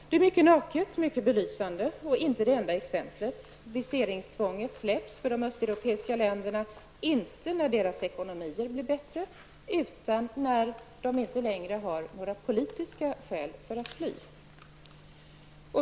Detta är mycket naket, mycket belysande och inte det enda exemplet. Viseringstvånget släpps för människor från de östeuropeiska länderna, inte när deras ekonomier blir bättre utan när de inte längre har några politiska skäl att fly.